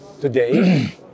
today